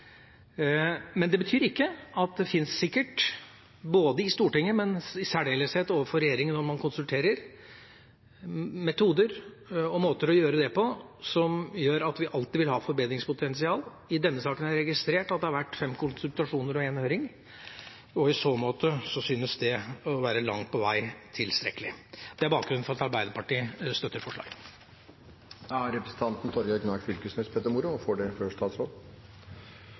Men det betyr ikke at det ikke finnes, for det gjør det sikkert, både i Stortinget og i særdeleshet overfor regjeringen når man konsulterer, metoder og måter å gjøre det på som gjør at vi alltid vil ha et forbedringspotensial. I denne saken har jeg registrert at det har vært fem konsultasjoner og en høring, og i så måte synes det å være langt på vei tilstrekkelig. Det er bakgrunnen for at Arbeiderpartiet støtter forslaget.